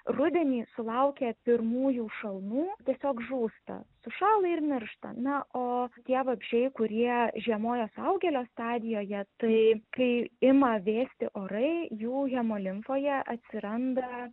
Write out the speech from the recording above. rudenį sulaukę pirmųjų šalnų tiesiog žūsta sušąla ir miršta na o tie vabzdžiai kurie žiemoja suaugėlio stadijoje tai kai ima vėsti orai jų jamolimfoje atsiranda